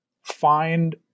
find